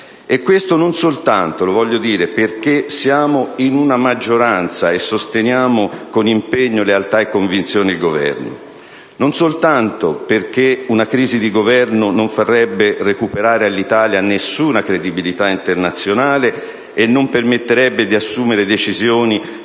dire - non soltanto perché siamo in una maggioranza e sosteniamo con impegno, lealtà e convinzione il Governo; non soltanto perché una crisi di Governo non farebbe recuperare all'Italia nessuna credibilità internazionale e non permetterebbe di assumere decisioni